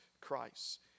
Christ